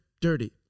dirty